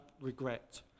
regret